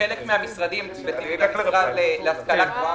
בחלק מהמשרדים להשכלה גבוהה